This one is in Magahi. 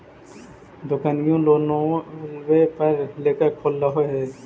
दोकनिओ लोनवे पर लेकर खोललहो हे?